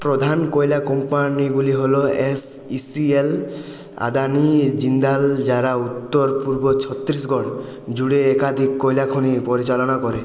প্রধান কয়লা কোম্পানিগুলি হল S E C L Adani Jindal যারা উত্তর পূর্ব ছত্তিশগড় জুড়ে একাধিক কয়লা খনি পরিচালনা করে